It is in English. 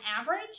average